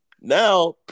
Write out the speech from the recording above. Now